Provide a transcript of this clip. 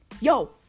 Yo